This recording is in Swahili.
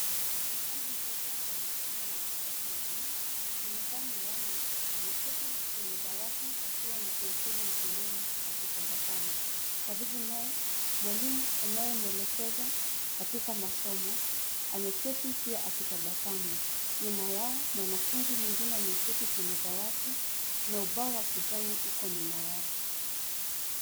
Msichana mdogo wa masomo na mahitaji maalum amevaa miwani, ameketi kwenye dawati akiwa na penseli mkononi akitabasamu. Karibu naye , mwalimu anayemwelekeza katika masomo ameketi pia akitabasamu. Nyuma yao, mwanafunzi mwingine ameketi kwenye dawati na ubao wa kijani uko nyuma yao.